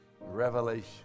revelation